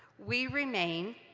we remain,